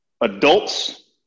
Adults